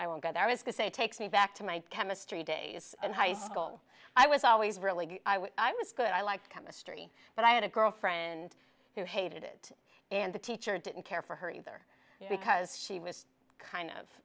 i won't go there is to say takes me back to my chemistry days in high school i was always really good i was good i like chemistry but i had a girlfriend who hated it and the teacher didn't care for her either because she was kind of